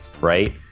right